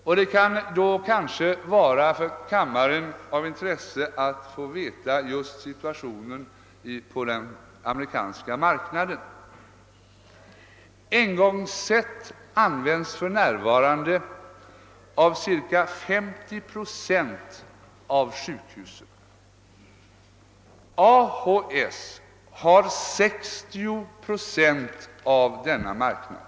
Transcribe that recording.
Kanske kan det vara av intresse för kammaren att få veta något om situationen i detta avseende på den amerikanska marknaden. Engångsset används för närvarande av ca 50 procent av sjukhusen. AHS har 60 procent av denna marknad.